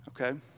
Okay